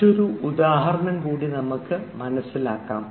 മറ്റൊരു ഉദാഹരണം കൂടി നമുക്ക് മനസ്സിലാക്കാം